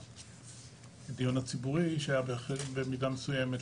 והדיון הציבורי שבהחלט היה במידה מסויימת,